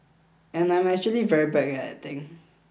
and I'm actually very bad at acting